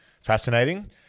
fascinating